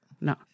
no